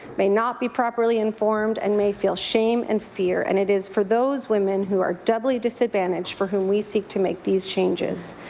may not be properly informed and may feel shame and fear, and it is for those women who are doubly disadvantaged for whom we seek to make these changes.